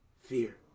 fear